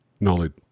knowledge